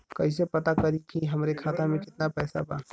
कइसे पता करि कि हमरे खाता मे कितना पैसा बा?